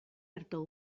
arto